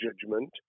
judgment